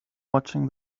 watching